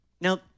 Now